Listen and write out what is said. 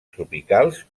tropicals